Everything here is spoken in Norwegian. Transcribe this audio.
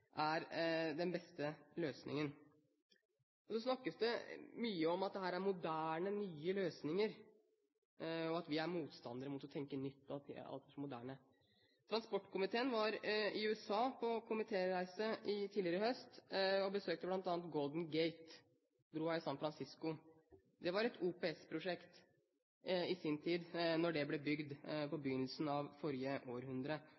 er den beste løsningen. Så snakkes det mye om at dette er moderne, nye løsninger, at vi er motstandere mot å tenke nytt, mot alt det moderne. Transportkomiteen var i USA på komitéreise tidligere i høst og besøkte bl.a. Golden Gate, broa i San Francisco. Det var et OPS-prosjekt i sin tid da den ble bygd på begynnelsen av forrige århundre.